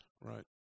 Right